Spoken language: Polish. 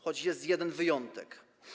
Choć jest jeden wyjątek.